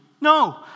No